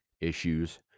issues